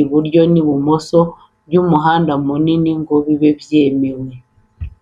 iburyo n'ibumoso by'umuhanda munini ngo bibe byemewe.